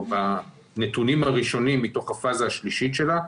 או בנתונים הראשונים מתוך הפאזה השלישית שלה.